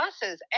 buses